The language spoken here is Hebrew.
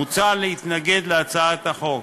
מוצע להתנגד להצעת החוק.